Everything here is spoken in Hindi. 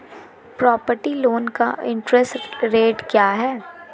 प्रॉपर्टी लोंन का इंट्रेस्ट रेट क्या है?